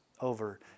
over